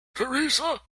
teresa